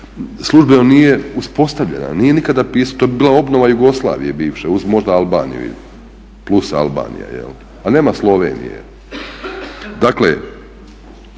službeno nije uspostavljena, to bi bila obnova Jugoslavije bivše uz možda Albaniju i plus Albanija jel', a nema Slovenije.